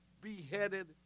beheaded